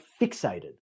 fixated